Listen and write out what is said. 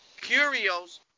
Curios